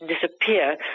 disappear